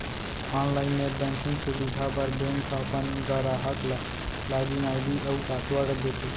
online net banking सुबिधा बर bank ह अपन गराहक ल लॉगिन आईडी अउ पासवर्ड देथे